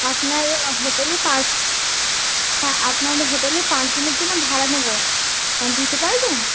আপনার হোটেলে পাঁচ হ্যাঁ আপনার হোটেলে পাঁচ দিনের জন্য ভাড়া নেব দিতে পারবেন